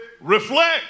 reflect